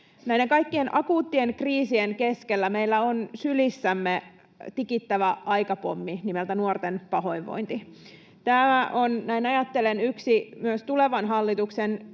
Näiden kaikkien akuuttien kriisien keskellä meillä on sylissämme tikittävä aikapommi nimeltä nuorten pahoinvointi. Tämä on, näin ajattelen, yksi myös tulevan hallituksen